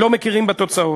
לא מכירים בתוצאות.